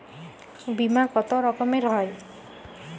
বিমা কত রকমের হয়?